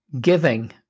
Giving